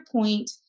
point